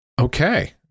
Okay